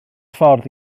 ffordd